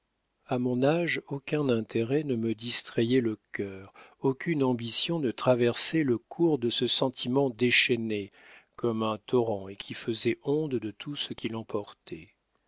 a mon âge aucun intérêt ne me distrayait le cœur aucune ambition ne traversait le cours de ce sentiment déchaîné comme un torrent et qui faisait onde de tout ce qu'il